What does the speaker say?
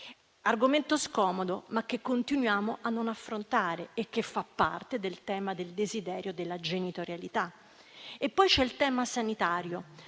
Argomento scomodo, che continuiamo a non affrontare e che fa parte del tema del desiderio della genitorialità. Poi c'è il tema sanitario